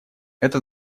это